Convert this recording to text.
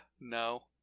no